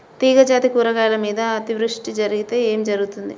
తీగజాతి కూరగాయల మీద అతివృష్టి జరిగితే ఏమి జరుగుతుంది?